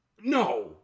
No